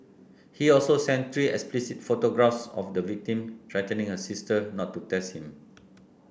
he also sent three explicit photographs of the victim threatening her sister not to test him